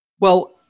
Well-